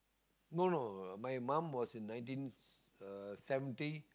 no no my mum was in nineteen uh seventy